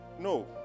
no